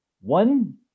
one